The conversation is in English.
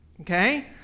Okay